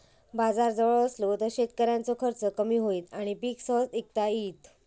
बाजार जवळ असलो तर शेतकऱ्याचो खर्च कमी होईत आणि पीक सहज इकता येईत